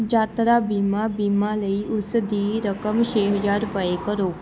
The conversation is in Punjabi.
ਯਾਤਰਾ ਬੀਮਾ ਬੀਮਾ ਲਈ ਉਸ ਦੀ ਰਕਮ ਛੇ ਹਜ਼ਾਰ ਰੁਪਏ ਕਰੋ